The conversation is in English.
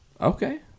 Okay